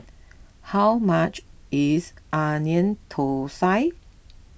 how much is Onion Thosai